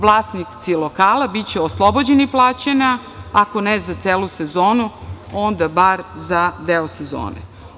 Vlasnici lokala biće oslobođeni plaćanja ako ne za celu sezonu, onda bar za deo sezone.